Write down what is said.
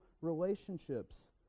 relationships